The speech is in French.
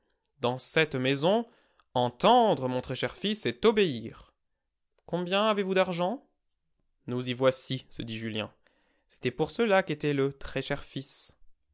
dans cette maison entendre mon très-cher fils c'est obéir combien avez-vous d'argent nous y voici se dit julien c'était pour cela qu'était le très-cher fils